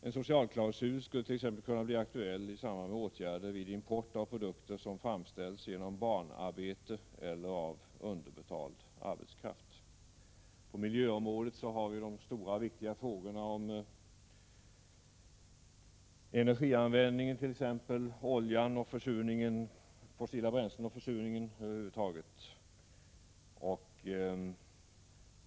En socialklausul skulle t.ex. kunna bli aktuell i samband med åtgärder vid import av produkter som framställs genom barnarbete eller av underbetald arbetskraft. På miljöområdet har vi de stora och viktiga frågorna om energianvändningen, de fossila bränslena och försurningen över huvud taget.